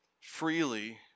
Freely